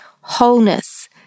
wholeness